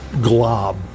glob